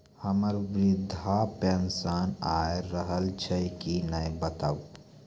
हमर वृद्धा पेंशन आय रहल छै कि नैय बताबू?